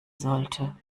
sollte